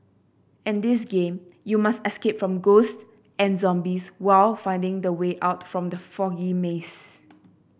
in this game you must escape from ghost and zombies while finding the way out from the foggy maze